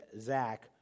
Zach